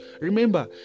Remember